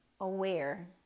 aware